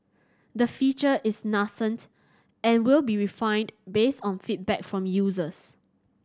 the feature is nascent and will be refined based on feedback from users